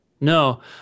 No